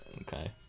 Okay